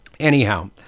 Anyhow